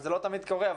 וזה לא תמיד קורה,